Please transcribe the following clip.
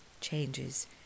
changes